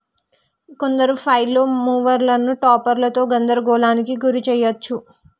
కొందరు ఫ్లైల్ మూవర్లను టాపర్లతో గందరగోళానికి గురి చేయచ్చు